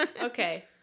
Okay